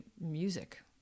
music